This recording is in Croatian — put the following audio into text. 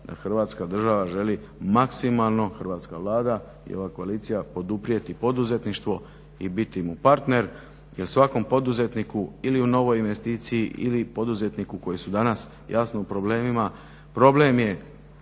Hrvatska država želi maksimalno hrvatska Vlada i ova koalicija poduprijeti poduzetništvo i biti mu partner jel svakom poduzetniku ili u novoj investiciji ili poduzetniku koji su danas jasno u problemima problem je